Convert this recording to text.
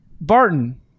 barton